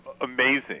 amazing